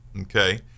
Okay